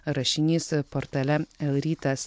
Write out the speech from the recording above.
rašinys portale l rytas